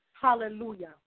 hallelujah